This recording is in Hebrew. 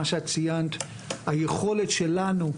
כמובן ששר החינוך, שרת החינוך במקרה שלנו היום,